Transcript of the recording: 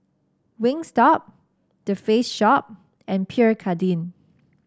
Wingstop The Face Shop and Pierre Cardin